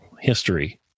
history